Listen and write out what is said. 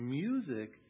music